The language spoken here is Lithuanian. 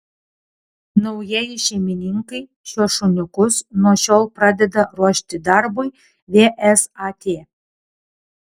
naujieji šeimininkai šiuos šuniukus nuo šiol pradeda ruošti darbui vsat